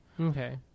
Okay